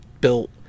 built